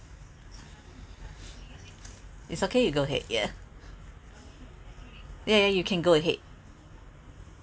it's okay you go ahead yeah yeah yeah you can go ahead